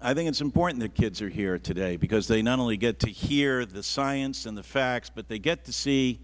i think it is important that kids are here today because they not only get to hear the science and the facts but they get to see